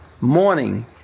Morning